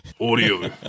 audio